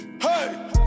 Hey